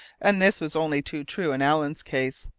and this was only too true in allen's case.